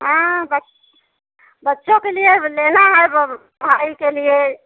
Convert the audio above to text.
हाँ बच बच्चों के लिए लेना है वो पढ़ाई के लिए